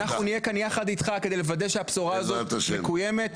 אנחנו נהיה כאן יחד איתך כדי לוודא שהבשורה הזאת מקוימת,